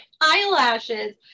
eyelashes